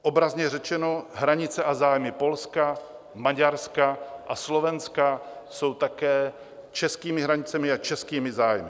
Obrazně řečeno hranice a zájmy Polska, Maďarska a Slovenska jsou také českými hranicemi a českými zájmy.